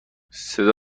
صدا